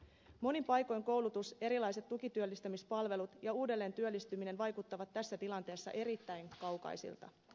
monin paikoin koulutus erilaiset tukityöllistämispalvelut ja uudelleentyöllistyminen vaikuttavat tässä tilanteessa erittäin kaukaisilta